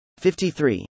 53